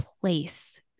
place